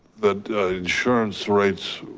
the insurance rates,